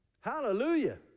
Hallelujah